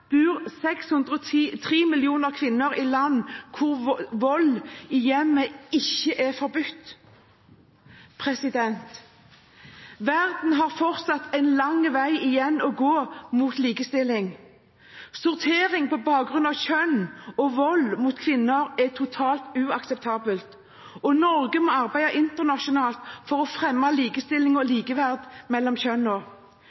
land hvor vold i hjemmet ikke er forbudt. Verden har fortsatt en lang vei igjen å gå mot likestilling. Sortering på bakgrunn av kjønn og vold mot kvinner er totalt uakseptabelt. Norge må arbeide internasjonalt for å fremme likestilling og